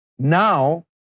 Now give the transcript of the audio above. Now